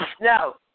No